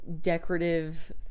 decorative